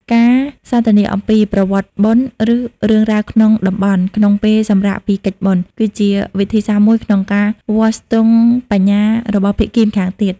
ការសន្ទនាអំពី "ប្រវត្តិបុណ្យ" ឬ "រឿងរ៉ាវក្នុងតំបន់" ក្នុងពេលសម្រាកពីកិច្ចបុណ្យ គឺជាវិធីសាស្ត្រមួយក្នុងការវាស់ស្ទង់បញ្ញារបស់ភាគីម្ខាងទៀត។